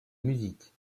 musique